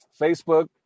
Facebook